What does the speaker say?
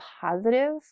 positive